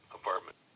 apartment